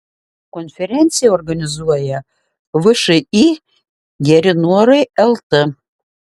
konferenciją organizuoja všį geri norai lt